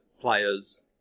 players